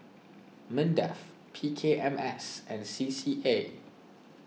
Mindef P K M S and C C A